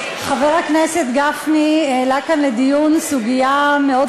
חבר הכנסת גפני העלה כאן לדיון סוגיה מאוד